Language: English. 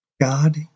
God